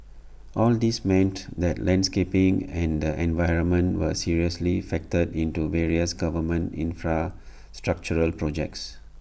all these meant that landscaping and the environment were seriously factored into various government infrastructural projects